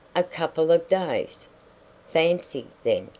a couple of days fancy, then,